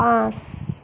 পাঁচ